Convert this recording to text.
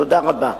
תודה רבה.